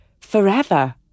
forever